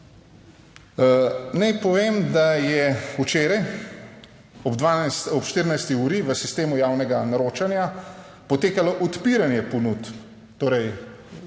Naj povem, da je včeraj ob 14. uri v sistemu javnega naročanja potekalo odpiranje ponudb, torej